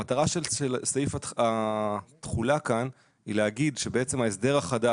המטרה של סעיף התחילה כאן היא להגיד שההסדר החדש